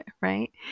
right